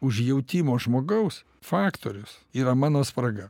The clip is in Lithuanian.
užjautimo žmogaus faktorius yra mano spraga